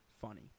funny